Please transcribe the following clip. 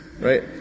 right